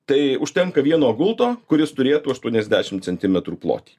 tai užtenka vieno gulto kuris turėtų aštuoniasdešimt centimetrų plotį